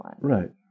Right